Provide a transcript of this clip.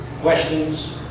Questions